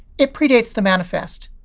it predates the manifest.